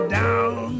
down